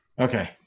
Okay